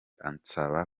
ansaba